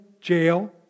jail